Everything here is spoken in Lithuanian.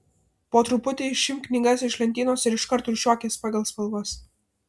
po truputį išimk knygas iš lentynos ir iškart rūšiuok jas pagal spalvas